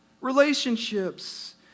relationships